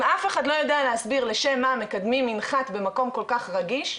אם אף אחד לא יודע להסביר לשם מה מקדמים מנחת במקום כל-כך רגיש,